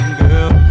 girl